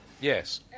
Yes